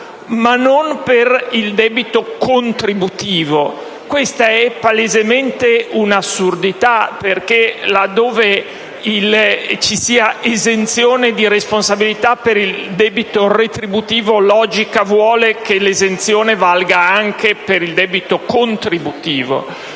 ma non per il debito contributivo. Questa è palesemente un'assurdità, perché laddove vi sia esenzione di responsabilità per il debito retributivo, logica vuole che l'esenzione valga anche per il debito contributivo.